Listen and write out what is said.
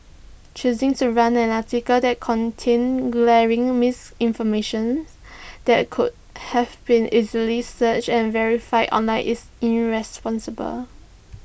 choosing to run an article that contained glaring misinformation that could have been easily searched and verified online is irresponsible